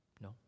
No